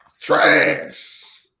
Trash